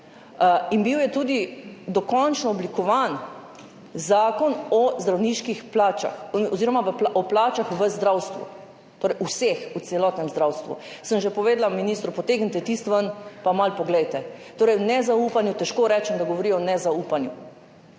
In bil je tudi dokončno oblikovan zakon o zdravniških plačah oziroma o plačah v zdravstvu, torej vseh, v celotnem zdravstvu. Sem že povedala ministru, potegnite tisto ven pa malo poglejte. Torej, o nezaupanju, težko rečem, da govori o nezaupanju,